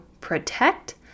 protect